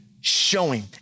showing